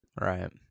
Right